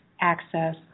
access